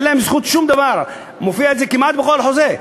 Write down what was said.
זה מופיע כמעט בכל חוזה.